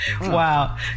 Wow